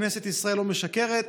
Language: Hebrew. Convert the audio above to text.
כנסת ישראל לא משקרת,